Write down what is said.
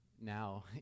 now